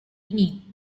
ini